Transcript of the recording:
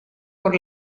por